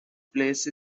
place